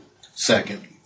second